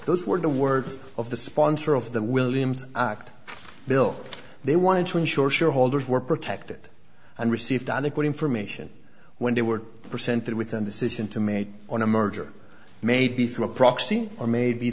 those were the words of the sponsor of the williams act bill they wanted to ensure shareholders were protected and received on the good information when they were presented with in this intimate on a merger maybe through a proxy or maybe